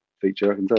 feature